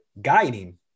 guiding